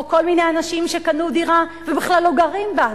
או כל מיני אנשים שקנו דירה ובכלל לא גרים בה.